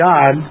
God